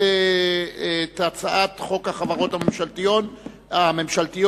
את הצעת חוק החברות הממשלתיות (תיקון,